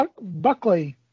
Buckley